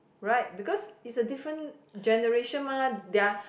right because it's a different generation mah their